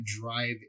drive